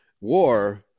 war